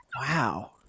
wow